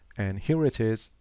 and here it is,